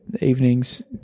evenings